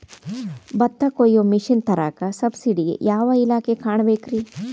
ಭತ್ತ ಕೊಯ್ಯ ಮಿಷನ್ ತರಾಕ ಸಬ್ಸಿಡಿಗೆ ಯಾವ ಇಲಾಖೆ ಕಾಣಬೇಕ್ರೇ?